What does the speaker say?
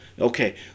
okay